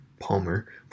Palmer